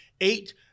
eight